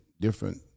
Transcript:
different